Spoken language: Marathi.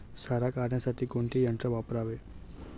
सारा काढण्यासाठी कोणते यंत्र वापरावे?